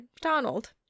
Donald